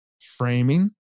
framing